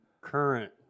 current